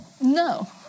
no